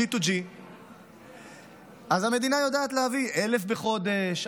G2G. אז המדינה יודעת להביא 1,000 בחודש,